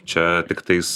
čia tiktais